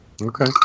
Okay